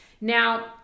Now